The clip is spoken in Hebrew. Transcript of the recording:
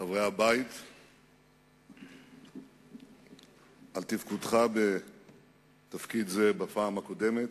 חברי הבית על תפקודך בתפקיד זה בפעם הקודמת,